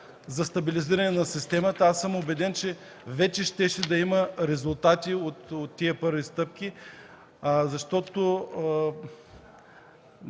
за стабилизиране на системата, аз съм убеден, че вече щеше да има резултати от тези първи стъпки. Пак